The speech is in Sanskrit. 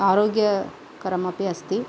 आरोग्यकरमपि अस्ति